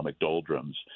doldrums